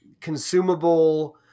consumable